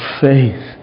faith